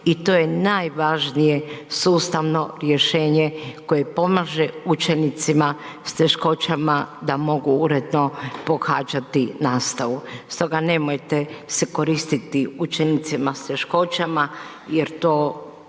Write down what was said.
i to je najvažnije sustavno rješenje koje pomaže učenicima s teškoćama da mogu uredno pohađati nastavu. Stoga nemojte se koristiti učenicima s teškoćama jer to